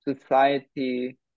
society